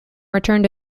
returned